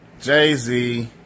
Jay-Z